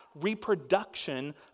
reproduction